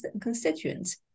constituents